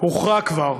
הוכרע כבר.